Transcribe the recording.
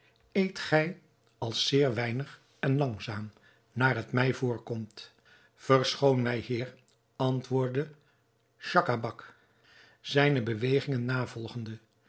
eet gij als zeer weinig en langzaam naar het mij voorkomt verschoon mij heer antwoordde schacabac zijne bewegingen navolgende